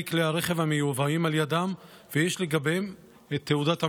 כלי הרכב המיובאים על ידם ויש לגביהם תעודת מקור,